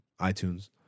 iTunes